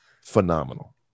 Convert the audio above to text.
phenomenal